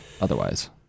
otherwise